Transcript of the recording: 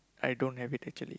I don't have it actually